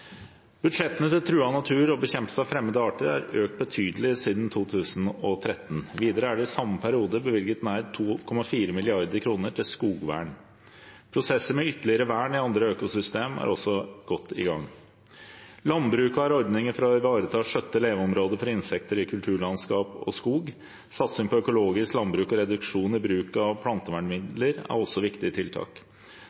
Budsjettene til truet natur og bekjempelse av fremmede arter er økt betydelig siden 2013. Videre er det i samme periode bevilget nær 2,4 mrd. kr til skogvern. Prosesser med ytterligere vern i andre økosystemer er også godt i gang. Landbruket har ordninger for å ivareta og skjøtte leveområder for insekter i kulturlandskap og skog. Satsing på økologisk landbruk og reduksjon i bruk av